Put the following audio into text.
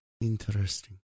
Interesting